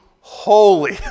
holy